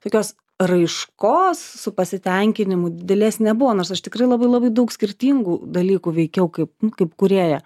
tokios raiškos su pasitenkinimu didelės nebuvo nors aš tikrai labai labai daug skirtingų dalykų veikiau kaip kaip kūrėja